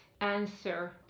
answer